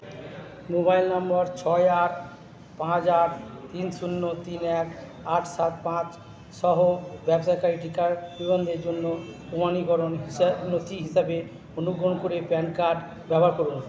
mobile নম্বর ছয় আট পাঁচ আট তিন শূন্য তিন এক আট সাত পাঁচ সহ ব্যবসাকারী টিকার নিবন্ধের জন্য প্রমাণীকরণ হিসা নথি হিসাবে অনুগ্রহ করে প্যান কার্ড ব্যবহার করুন